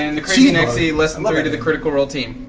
and acrazynexy lessthanthree to the critical role team.